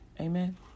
Amen